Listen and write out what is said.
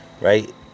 Right